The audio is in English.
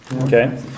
Okay